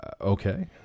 Okay